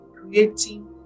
creating